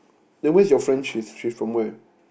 then where's your friend she she's from where